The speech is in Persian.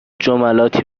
جملاتی